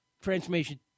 Transformation